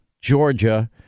Georgia